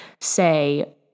say